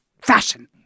fashion